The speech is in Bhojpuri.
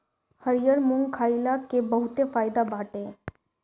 हरिहर मुंग खईला के बहुते फायदा बाटे